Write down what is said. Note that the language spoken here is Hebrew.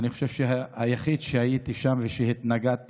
אני חושב שאני היחיד שם שהתנגד.